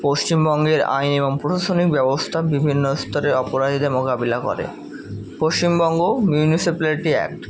পশ্চিমবঙ্গের আইন এবং প্রশাসনিক ব্যবস্থা বিভিন্ন স্তরের অপরাধীদের মোকাবিলা করে পশ্চিমবঙ্গ মিউনিসিপ্যালিটি অ্যাক্ট